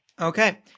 Okay